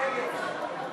המשותפת